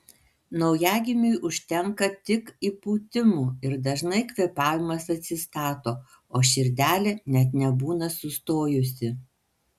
naujagimiui užtenka tik įpūtimų ir dažnai kvėpavimas atsistato o širdelė net nebūna sustojusi